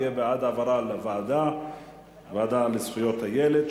יהיה בעד העברה לוועדה לזכויות הילד,